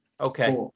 Okay